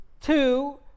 two